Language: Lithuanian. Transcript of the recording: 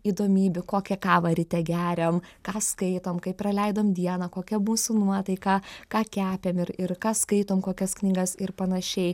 įdomybių kokią kavą ryte geriam ką skaitom kaip praleidom dieną kokia mūsų nuotaika ką kepėm ir ir ką skaitom kokias knygas ir panašiai